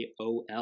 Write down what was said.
AOL